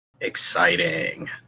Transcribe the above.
Exciting